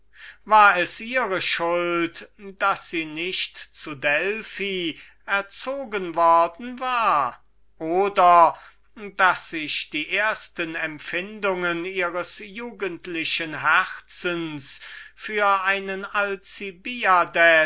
war es ihre schuld daß sie nicht zu delphi erzogen worden oder daß sich die ersten empfindungen ihres jugendlichen herzens für einen